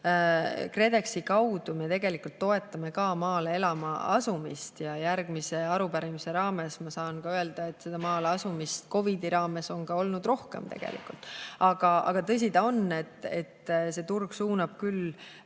KredExi kaudu me tegelikult toetame ka maale elama asumist ja järgmise arupärimise raames ma saan öelda, et seda maale asumist on COVID‑i raames olnud ka rohkem. Aga tõsi ta on, et turg suunab küll